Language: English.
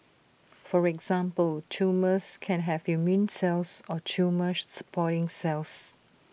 for example tumours can have immune cells or tumour supporting cells